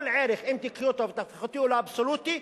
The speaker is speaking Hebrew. כל ערך אם תיקחי אותו ותהפכי אותו לאבסולוטי,